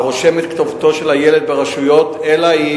הרושם את כתובתו של הילד ברשויות אלה,